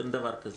אין דבר כזה.